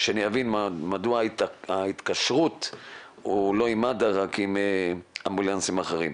כשאני אבין מדוע ההתקשרות היא לא עם מד"א אלא רק עם אמבולנסים אחרים.